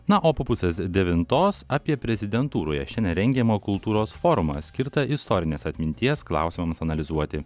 na o po pusės devintos apie prezidentūroje šiandien rengiamą kultūros forumą skirtą istorinės atminties klausimams analizuoti